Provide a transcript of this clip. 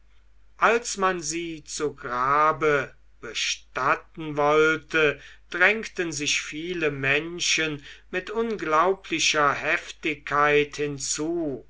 als man sie zu grabe bestatten wollte drängten sich viele menschen mit unglaublicher heftigkeit hinzu